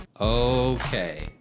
Okay